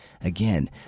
Again